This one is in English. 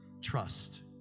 Trust